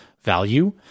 value